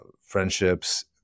friendships